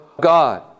God